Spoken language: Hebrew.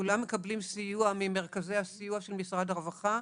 כולם מקבלים סיוע ממרכזי הסיוע של משרד הרווחה,